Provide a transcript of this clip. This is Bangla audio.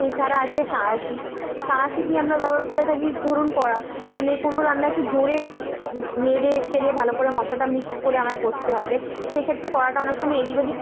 এছাড়া আছে সাঁড়াশি সাঁড়াশিটি আমরা ব্যবহার করে থাকি ধরুন কড়া মানে কোনো রান্না একটু জোরে মেরে চড়ে ভালো করে মশাটা মিক্স করে আমায় কোত্তে হবে সেক্ষেত্রে কড়াটা অনেক সময় এদিক ওদিক